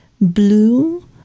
Blue